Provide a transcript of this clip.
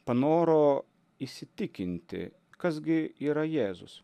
panoro įsitikinti kas gi yra jėzus